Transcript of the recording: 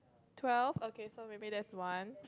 twelve okay so maybe there's one